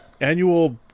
annual